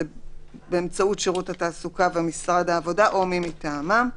באמצעות שירות התעסוקה ומשרד העבודה או מי מטעמם.